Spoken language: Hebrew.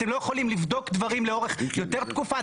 אתם לא יכולים לבדוק דברים לאורך יותר תקופה?